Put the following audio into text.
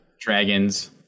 Dragons